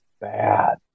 bad